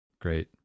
Great